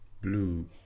Blue